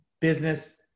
business